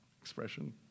expression